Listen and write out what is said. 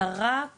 אלא רק